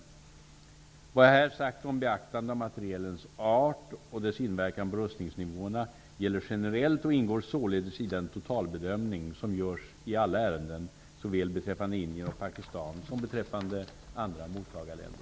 Vad jag här har sagt om beaktande av materielens art och dess inverkan på rustningsnivåerna gäller generellt och ingår således i den totalbedömning som görs i alla ärenden, såväl beträffande Indien och Pakistan som beträffande andra mottagarländer.